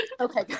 Okay